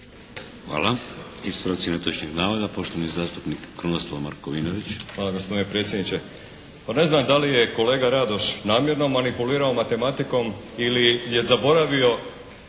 Hvala. Ispravci netočnih navoda. Poštovani zastupnik Krunoslav Markovinović. **Markovinović, Krunoslav (HDZ)** Hvala gospodine predsjedniče. Pa na znam da li je kolega Radoš namjerno manipulirao matematikom ili je zaboravio